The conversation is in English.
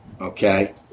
okay